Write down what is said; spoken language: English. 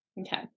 Okay